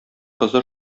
кызы